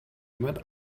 jemand